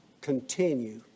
continue